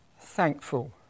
thankful